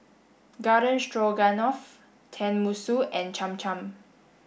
Garden Stroganoff Tenmusu and Cham Cham